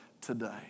today